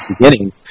beginning